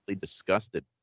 disgusted